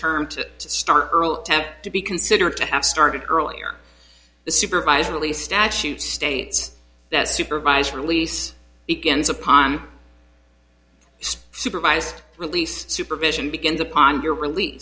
term to start early to be considered to have started earlier the supervised release statute states that supervised release begins upon supervised release supervision begin to ponder rel